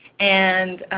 and